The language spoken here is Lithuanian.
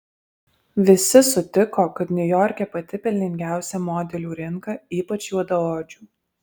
visi sutiko kad niujorke pati pelningiausia modelių rinka ypač juodaodžių